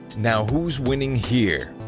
now, who is winning here!